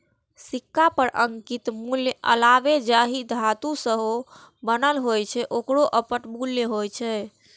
सिक्का पर अंकित मूल्यक अलावे जाहि धातु सं ओ बनल होइ छै, ओकरो अपन मूल्य होइ छै